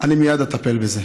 אני מייד אטפל בזה.